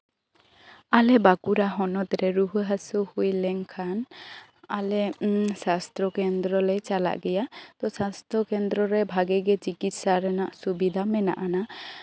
ᱟᱞᱮ ᱵᱟᱸᱠᱩᱲᱟ ᱦᱚᱱᱚᱛᱨᱮ ᱨᱩᱣᱟᱹ ᱦᱟᱹᱥᱩ ᱦᱩᱭ ᱞᱮᱱᱠᱷᱟᱱ ᱟᱞᱮ ᱥᱟᱥᱛᱷᱚ ᱠᱮᱱᱫᱨᱚ ᱞᱮ ᱪᱟᱞᱟᱜ ᱜᱮᱭᱟ ᱛᱚ ᱥᱟᱥᱛᱷᱚ ᱠᱮᱱᱫᱨᱚ ᱨᱮ ᱵᱷᱟᱹᱜᱮ ᱜᱮ ᱪᱤᱠᱤᱛᱥᱟ ᱨᱮᱱᱟᱜ ᱥᱩᱵᱤᱫᱷᱟ ᱢᱮᱱᱟᱜ ᱟᱱᱟ